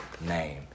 name